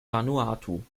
vanuatu